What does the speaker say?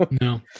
no